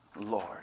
Lord